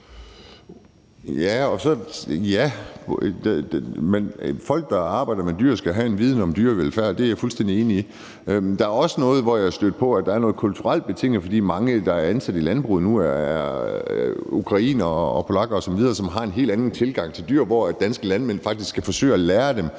Ja. Folk, der arbejder med dyr, skal have en viden om dyrevelfærd. Det er jeg fuldstændig enig i. Der er også noget, jeg er stødt på, og som er kulturelt betinget. Mange, der er ansat i landbruget nu, er ukrainere og polakker osv., som har en helt anden tilgang til dyr, og der skal danske landmænd forsøge at lære dem